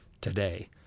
today